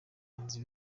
bagenzi